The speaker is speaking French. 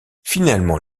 finalement